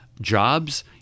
jobs